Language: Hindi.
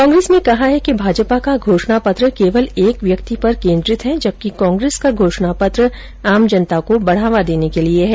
कांग्रेस ने कहा है कि भाजपा का घोषणापत्र केवल एक व्यक्ति पर केन्द्रित है जबकि कांग्रेस का घोषणापत्र आम जनता को बढावा देने के लिए है